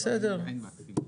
בסדר.